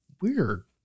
Weird